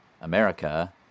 America